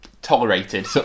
tolerated